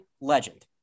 legend